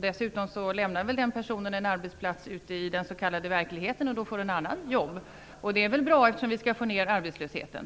Dessutom lämnar väl den personen en arbetsplats ute i den s.k. verkligheten och då får en annan människa jobb. Det är väl bra, eftersom vi skall få ned arbetslösheten.